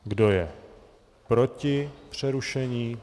Kdo je proti přerušení?